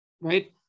right